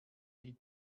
die